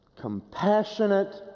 Compassionate